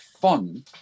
fun